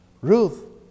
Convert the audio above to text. Ruth